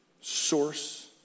source